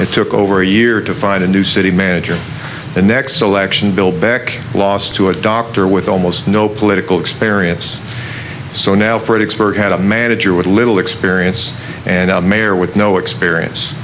it took over a year to find a new city manager and next election bill back lost to a doctor with almost no political experience so now for an expert had a manager with little experience and a mayor with no experience